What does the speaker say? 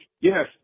Yes